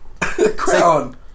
crayon